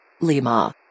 Lima